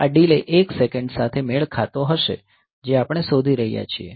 આ delay 1 second સાથે મેળ ખાતો હશે જે આપણે શોધી રહ્યા છીએ